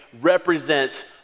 represents